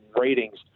ratings